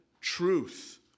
truth